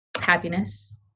Happiness